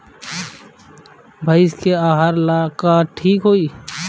भइस के आहार ला का ठिक होई?